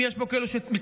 אם יש פה כאלה שמתלבטים,